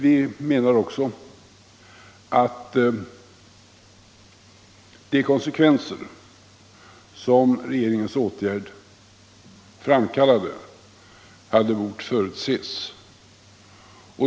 Vi menar också att de konsekvenser som regeringens åtgärd framkallade hade bort förutses.